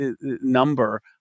number